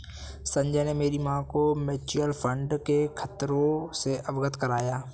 संजय ने मेरी मां को म्यूचुअल फंड के खतरों से अवगत कराया